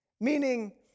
meaning